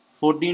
14